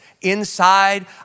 inside